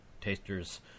tasters